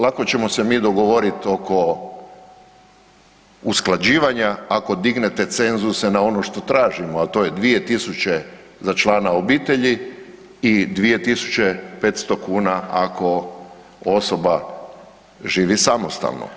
Lako ćemo se mi dogovoriti oko usklađivanja ako dignete cenzuse na ono što tražimo a to je 2000 za člana obitelji i 2500 kuna ako osoba živi samostalno.